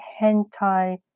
hentai